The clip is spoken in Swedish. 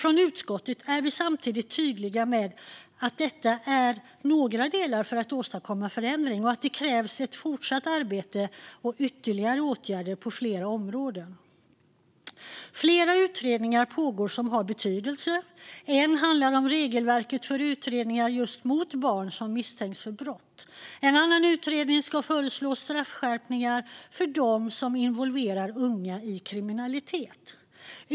Från utskottet är vi samtidigt tydliga med att detta är några delar för att åstadkomma förändring och att det krävs fortsatt arbete och ytterligare åtgärder på flera områden. Flera utredningar pågår som har betydelse. En handlar om regelverket för utredningar mot just barn som misstänks för brott. En annan utredning ska föreslå straffskärpningar för dem som involverar unga i kriminalitet.